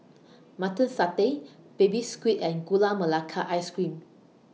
Mutton Satay Baby Squid and Gula Melaka Ice Cream